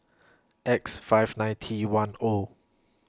X five nine T one O